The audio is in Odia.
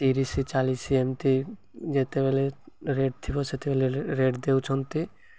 ତିରିଶ ଚାଳିଶ ଏମିତି ଯେତେବେଳେ ରେଟ୍ ଥିବ ସେତେବେଳେ ରେଟ୍ ଦେଉଛନ୍ତି